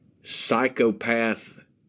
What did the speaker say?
psychopath